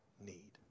need